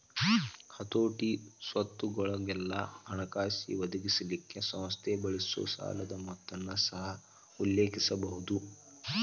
ಹತೋಟಿ, ಸ್ವತ್ತುಗೊಳಿಗೆಲ್ಲಾ ಹಣಕಾಸಿನ್ ಒದಗಿಸಲಿಕ್ಕೆ ಸಂಸ್ಥೆ ಬಳಸೊ ಸಾಲದ್ ಮೊತ್ತನ ಸಹ ಉಲ್ಲೇಖಿಸಬಹುದು